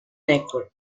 networks